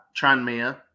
Tranmere